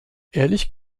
ehrlich